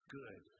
good